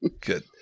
Good